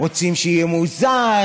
רוצים שיהיה מאוזן,